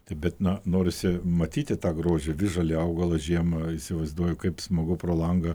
tai bet na norisi matyti tą grožio visžalį augalą žiemą įsivaizduoju kaip smagu pro langą